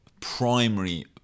primary